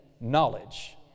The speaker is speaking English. knowledge